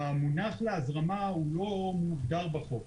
המונח "להזרמה" הוא לא מוגדר בחוק.